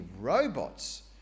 robots